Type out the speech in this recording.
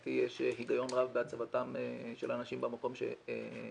לדעתי יש הגיון רב בהצבתם של אנשים במקום שציינת.